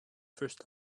first